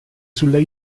sulle